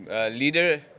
Leader